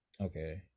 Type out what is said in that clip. Okay